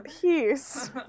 Peace